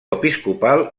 episcopal